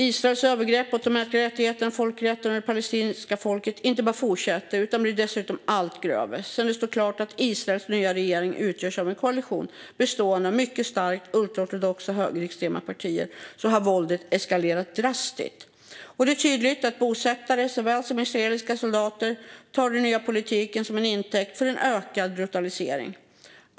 Israels övergrepp mot de mänskliga rättigheterna, folkrätten och det palestinska folket inte bara fortsätter utan blir dessutom allt grövre. Sedan det stod klart att Israels nya regering utgörs av en koalition bestående av mycket starkt ultraortodoxa högerextrema partier har våldet eskalerat drastiskt. Det är tydligt att såväl bosättare som israeliska soldater tar den nya politiken till intäkt för en ökad brutalisering.